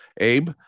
Abe